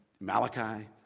Malachi